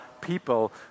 people